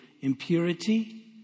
impurity